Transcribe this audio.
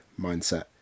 mindset